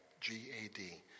G-A-D